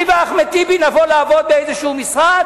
אני ואחמד טיבי נבוא לעבוד באיזה משרד,